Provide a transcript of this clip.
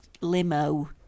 limo